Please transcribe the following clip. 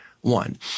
one